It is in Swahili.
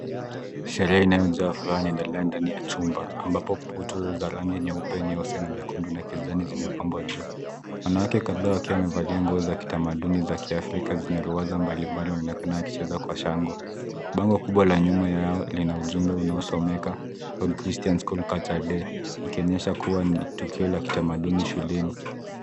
Sherehe inayojaa furaha inaendelea ndani ya chumba, ambapo puto za rangi nyeupe, nyeusi, na nyekundu, na kijani zimepangwa juu. Wanawake kadhaa wakiwa wamevalia nguo za kitamaduni za kiafrika zenye ruwaza mbalimbali wanaonekana wakicheza kwa shangwe. Bango kubwa la nyuma yao lina ujumbe unaosomeka, " All Christian School Culture Day ," ikionyesha kuwa ni tukio la kitamaduni shuleni.